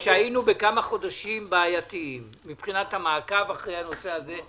בכמה חודשים בעייתיים מבחינת המעקב בנושא הזה.